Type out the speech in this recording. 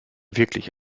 wirklich